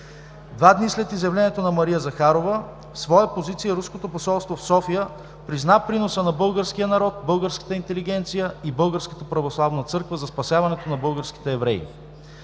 Два дни след изявлението на Мария Захарова в своя позиция руското посолство в София призна приносът на българския народ, българската интелигенция и Българската православна църква за спасяването на българските евреи.